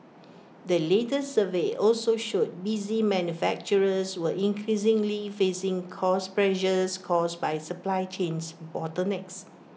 the latest survey also showed busy manufacturers were increasingly facing cost pressures caused by supply chains bottlenecks